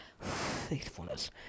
faithfulness